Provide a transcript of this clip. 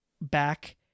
back